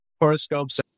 horoscopes